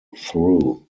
through